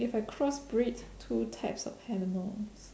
if I cross breed two types of animals